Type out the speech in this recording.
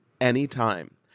anytime